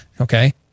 Okay